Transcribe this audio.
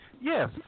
Yes